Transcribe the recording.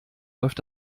läuft